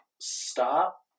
stop